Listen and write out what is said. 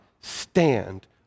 stand